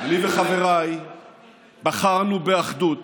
אני וחבריי בחרנו באחדות